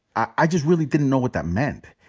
i just really didn't know what that meant.